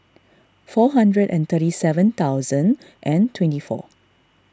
four hundred and thirty seven thousand and twenty four